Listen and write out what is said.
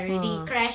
ah